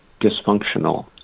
dysfunctional